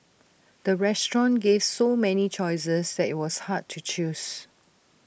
the restaurant gave so many choices that IT was hard to choose